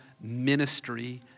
ministry